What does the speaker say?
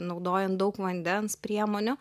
naudojant daug vandens priemonių